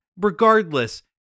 regardless